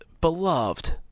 beloved